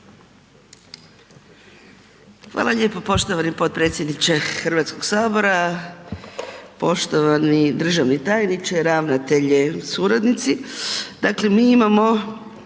Hvala lijepo poštovani potpredsjedniče Hrvatskog sabora, uvaženi državni odvjetniče, kolegice